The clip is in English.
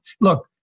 Look